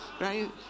Right